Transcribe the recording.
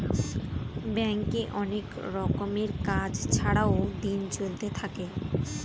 ব্যাঙ্কে অনেক রকমের কাজ ছাড়াও দিন চলতে থাকে